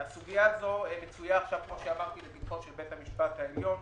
הסוגיה הזאת מצויה לפתחו של בית המשפט העליון.